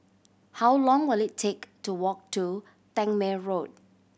how long will it take to walk to Tangmere Road